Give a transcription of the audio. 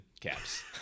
Caps